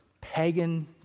pagan